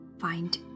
Find